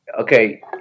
okay